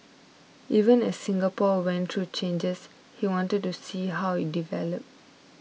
even as Singapore went through changes he wanted to see how it developed